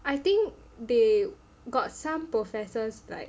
I think they got some professors like